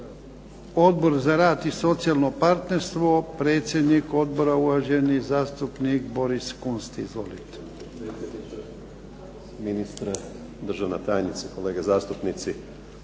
Odbor za rad i socijalno partnerstvo, predsjednik Odbora uvaženi zastupnik Boris KUnst. Izvolite. **Kunst, Boris (HDZ)** Poštovani